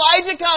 Elijah